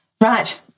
Right